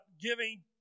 giving